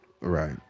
Right